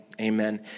amen